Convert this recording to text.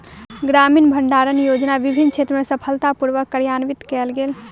ग्रामीण भण्डारण योजना के विभिन्न क्षेत्र में सफलता पूर्वक कार्यान्वित कयल गेल